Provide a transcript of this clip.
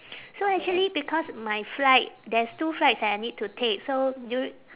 so actually because my flight there's two flights that I need to take so duri~